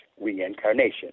reincarnation